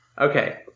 Okay